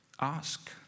Ask